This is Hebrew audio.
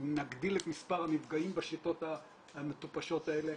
ונגדיל את מספר הנפגעים בשיטות המטופשות האלה,